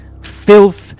filth